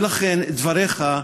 ולכן, דבריך,